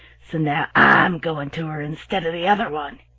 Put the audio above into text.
so now i'm going to her instead of the other one.